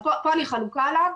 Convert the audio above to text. פה אני חלוקה עליו,